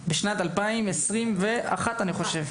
בשנת 2021, אני חושב.